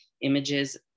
images